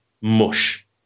mush